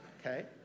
Okay